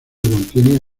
contiene